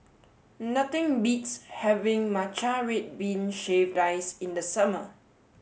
nothing beats having Matcha red bean shaved ice in the summer